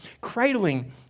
cradling